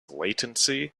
latency